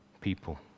people